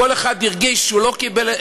כל אחד הרגיש שהוא לא קיבל,